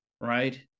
right